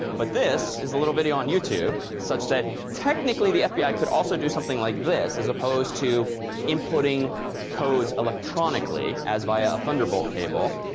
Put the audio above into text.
but this is a little video on youtube such that technically the fbi could also do something like this as opposed to inputting codes electronically as via a thunderbolt cable.